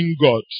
God